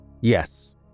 yes